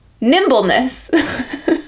Nimbleness